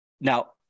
now